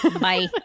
Bye